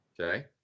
Okay